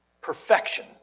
perfection